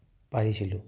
পাৰিছিলোঁ